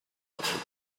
alchemist